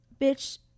bitch